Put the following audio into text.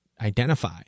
identify